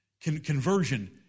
Conversion